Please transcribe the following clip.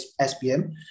SPM